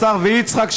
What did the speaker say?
ויצחק,